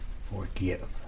Forgive